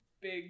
big